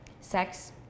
Sex